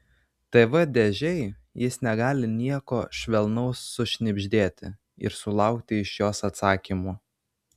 tv dėžei jis negali nieko švelnaus sušnibždėti ir sulaukti iš jos atsakymo